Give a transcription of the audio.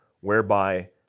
whereby